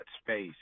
space